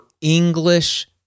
English